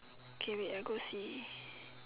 okay wait I go and see